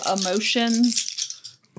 emotions